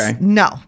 No